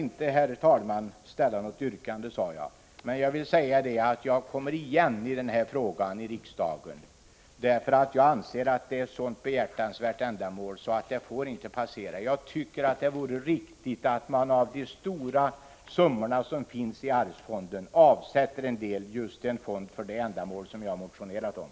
Jag skall, som sagt, inte ställa något yrkande, men jag vill säga att jag i riksdagen kommer igen i den här frågan, eftersom jag anser att det är fråga om ett behjärtansvärt ändamål. Jag tycker att det vore riktigt om man av de stora summorna i arvsfonden avsatte en del till just en sådan fond som den jag har motionerat om.